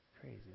Crazy